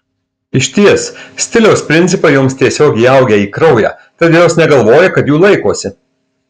išties stiliaus principai joms tiesiog įaugę į kraują tad jos negalvoja kad jų laikosi